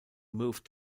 moved